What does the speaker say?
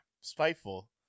spiteful